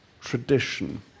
tradition